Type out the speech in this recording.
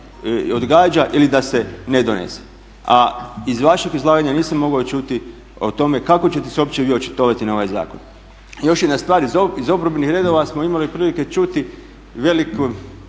odgađa ili da se ne donese, a iz vašeg izlaganja nisam mogao čuti o tome kako ćete se vi uopće očitovati na ovaj zakon. I još jedna stvar, iz … redova smo imali prilike čuti veliki